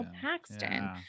paxton